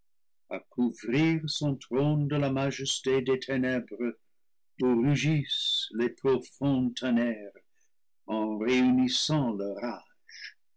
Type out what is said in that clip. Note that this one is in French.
cou vrir son trône de la majesté des ténèbres d'où rugissent les profonds tonnerres en réunissant leur